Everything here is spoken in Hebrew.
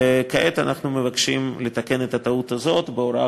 וכעת אנחנו מבקשים לתקן את הטעות הזאת בהוראה